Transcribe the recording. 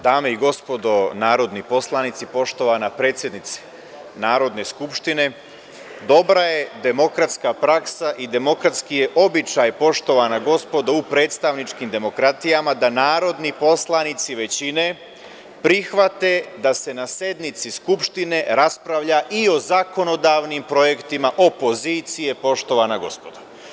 Dame i gospodo narodni poslanici, poštovana predsednice Narodne skupštine, dobra je demokratska praksa i demokratski je običaj u predstavničkim demokratijama da narodni poslanici većine prihvate da se na sednice Skupštine raspravlja i o zakonodavnim projektima opozicije, poštovana gospodo.